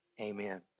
Amen